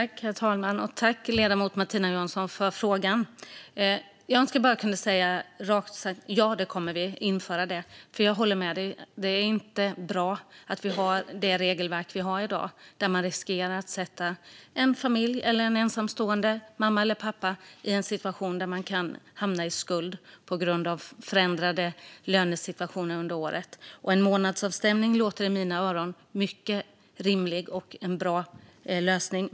Herr talman! Tack för frågan, ledamoten Martina Johansson! Jag önskar att jag rakt kunde säga: Ja, det kommer vi. Jag håller nämligen med: Det är inte bra med dagens regelverk, som riskerar att sätta en familj eller en ensamstående mamma eller pappa i ett läge där de kan hamna i skuld på grund av förändrad lönesituation under året. En månadsavstämning låter i mina öron som en mycket rimlig och bra lösning.